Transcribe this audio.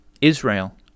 Israel